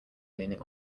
leaning